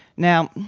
now,